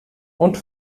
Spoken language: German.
und